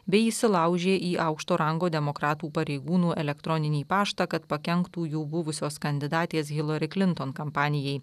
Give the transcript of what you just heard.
bei įsilaužė į aukšto rango demokratų pareigūnų elektroninį paštą kad pakenktų jų buvusios kandidatės hilari klinton kampanijai